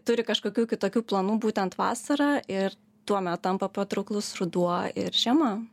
turi kažkokių kitokių planų būtent vasarą ir tuomet tampa patrauklus ruduo ir žiema